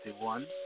one